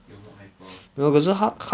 yo mok hyper quite strong